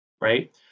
Right